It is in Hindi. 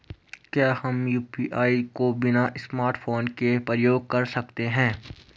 क्या हम यु.पी.आई को बिना स्मार्टफ़ोन के प्रयोग कर सकते हैं?